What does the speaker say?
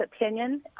opinion